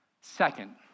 Second